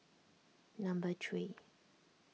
number three